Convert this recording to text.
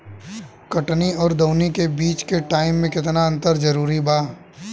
कटनी आउर दऊनी के बीच के टाइम मे केतना अंतर जरूरी बा?